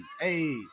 hey